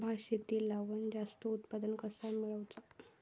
भात शेती लावण जास्त उत्पन्न कसा मेळवचा?